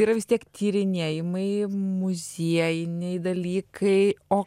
yra vis tiek tyrinėjimai muziejiniai dalykai o